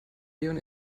leon